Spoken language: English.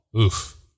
oof